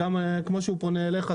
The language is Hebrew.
כמו שהוא פונה אליך,